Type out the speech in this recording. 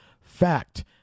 Fact